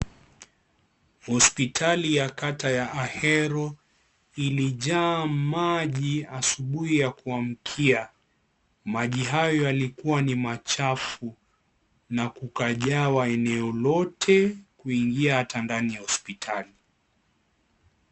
Hospitali ya kata ya Ahero, ilijaa maji asubuhi ya kuamkia. Maji hayo alikuwa ni machafu na kukajawa eneo lote, kuingia hata ndani ya hospitali.